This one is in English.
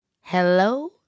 Hello